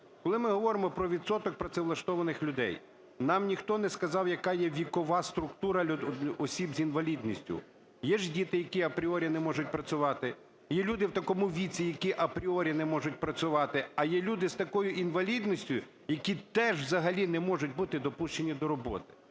коли ми говоримо про відсоток працевлаштованих людей, нам ніхто не сказав, яка є вікова структура осіб з інвалідністю. Є ж діти, які апріорі не можуть працювати, є люди в такому віці, які апріорі не можуть працювати, а є люди з такою інвалідністю, які теж взагалі не можуть бути допущені до роботи,